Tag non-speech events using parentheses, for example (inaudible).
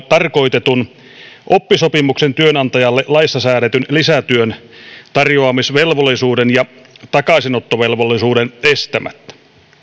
(unintelligible) tarkoitetun oppisopimuksen työnantajalle laissa säädetyn lisätyön tarjoamisvelvollisuuden ja takaisinottovelvollisuuden estämättä